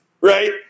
right